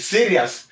Serious